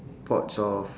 pots of